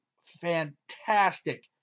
fantastic